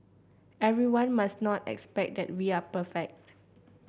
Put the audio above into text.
everyone must not expect that we are perfect